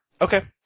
Okay